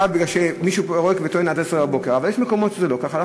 בגלל שמישהו טוען ופורק עד 10:00. אבל יש מקומות שזה לא ככה,